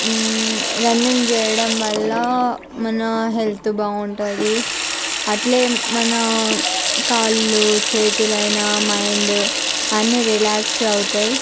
running చేయడం వల్ల మన హెల్త్ బాగుంటుంది అట్లే మన కాళ్ళు చేతులైన మైండ్ అన్ని రిలాక్స్ అవుతాయి